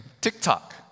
TikTok